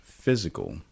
physical